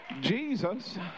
Jesus